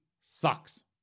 sucks